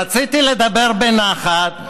רציתי לדבר בנחת.